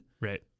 right